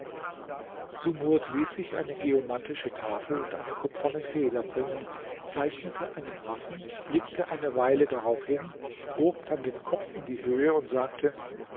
sumurd ließ sich eine geomantische tafel und eine kupferne feder bringen zeichnete einen affen blickte eine weile darauf hin hob dann den kopf in die höhe und sagte